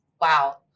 Wow